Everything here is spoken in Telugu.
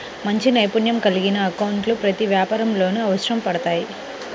మంచి నైపుణ్యం కలిగిన అకౌంటెంట్లు ప్రతి వ్యాపారంలోనూ అవసరపడతారు